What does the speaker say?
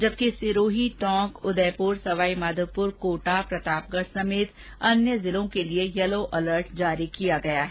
जबकि सिरोही टोंक उदयपुर सवाई माधोपुर कोटा प्रतापगढ समेत अन्य जिलों के लिए येलो अलर्ट जारी किया गया है